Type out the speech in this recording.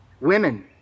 Women